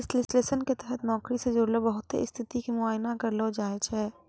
विश्लेषण के तहत नौकरी से जुड़लो बहुते स्थिति के मुआयना करलो जाय छै